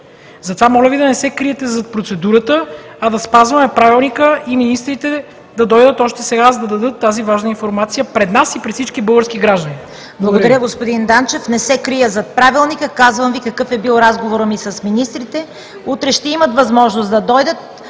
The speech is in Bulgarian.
Затова Ви моля да не се криете зад процедурата, а да спазваме Правилника и министрите да дойдат още сега, за да дадат тази важна информация пред нас и пред всички български граждани. Благодаря Ви. ПРЕДСЕДАТЕЛ ЦВЕТА КАРАЯНЧЕВА: Благодаря, господин Данчев. Не се крия зад Правилника, казвам Ви какъв е бил разговорът ми с министрите. Утре ще имат възможност да дойдат.